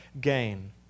gain